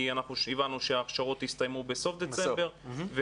כי אנחנו הבנו שההכשרות יסתיימו בסוף דצמבר.